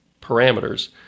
parameters